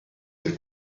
del